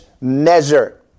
measure